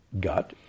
gut